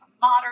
modern